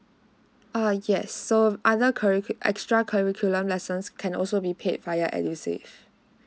err yes so other curricu extra curriculum lessons can also be paid via edusave